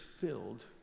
filled